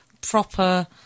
proper